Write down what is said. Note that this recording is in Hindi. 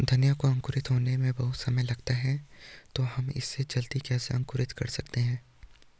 धनिया को अंकुरित होने में बहुत समय लगता है तो हम इसे जल्दी कैसे अंकुरित कर सकते हैं?